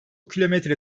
kilometre